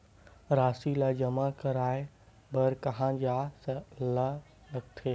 राशि ला जमा करवाय बर कहां जाए ला लगथे